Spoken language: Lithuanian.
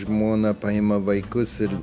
žmona paima vaikus ir